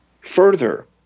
further